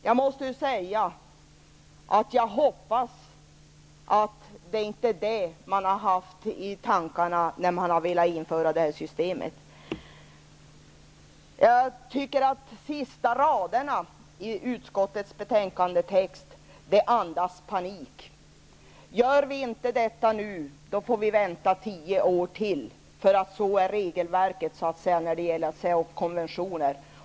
Jag hoppas verkligen att det inte är vad man haft i tankarna när man ville införa det här systemet. Sista raderna i utskottsbetänkandets skrivning tycker jag andas panik. Gör vi inte detta nu får vi vänta tio år till. Så fungerar regelverket när det gäller att säga upp konventioner.